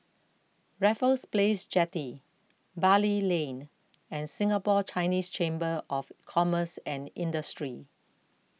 Raffles Place Jetty Bali Lane and Singapore Chinese Chamber of Commerce and Industry